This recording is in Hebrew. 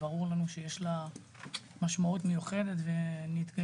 וברור לנו שיש לה משמעות מיוחדת ונתגייס